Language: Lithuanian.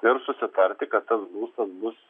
ir susitarti kad tas būstas bus